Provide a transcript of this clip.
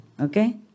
Okay